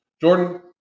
Jordan